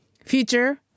Future